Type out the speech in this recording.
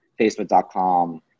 facebook.com